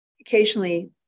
occasionally